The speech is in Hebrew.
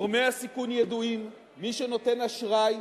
גורמי הסיכון ידועים, מי שנותן אשראי,